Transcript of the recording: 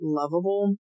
lovable